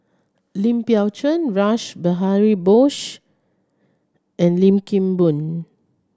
Lim Biow Chuan Rash Behari Bose and Lim Kim Boon